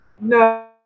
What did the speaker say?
No